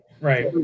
Right